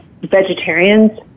vegetarians